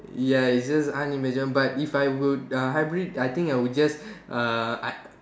ya it's just unimaginable but if I were uh hybrid I think I would just uh I